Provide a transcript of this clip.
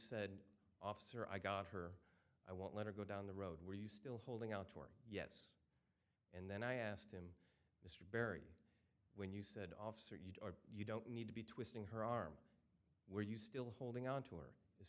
said officer i got her i won't let her go down the road where you still holding out yes and then i asked him mr berry you said officer you are you don't need to be twisting her arm where you still holding on to her